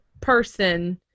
person